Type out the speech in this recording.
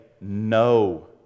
no